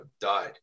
died